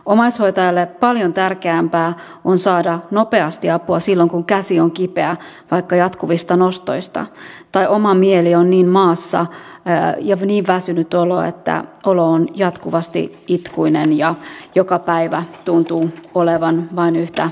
omaishoitajalle paljon tärkeämpää on saada nopeasti apua silloin kun käsi on kipeä vaikka jatkuvista nostoista tai oma mieli on niin maassa ja on niin väsynyt olo että olo on jatkuvasti itkuinen ja joka päivä tuntuu olevan vain yhtä selviytymistä